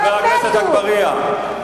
חבר הכנסת אגבאריה,